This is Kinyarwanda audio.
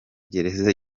gereza